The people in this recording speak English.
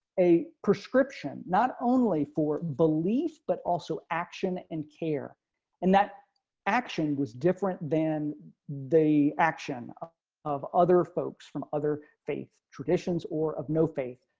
a prescription, not only for belief, but also action and care and that action was different than the action of of other folks from other faith traditions or have no faith.